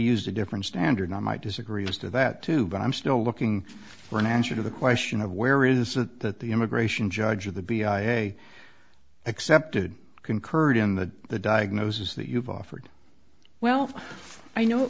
used a different standard i might disagree as to that too but i'm still looking for an answer to the question of where is it that the immigration judge of the b i accepted concurred in that the diagnosis that you've offered well i know it